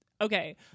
Okay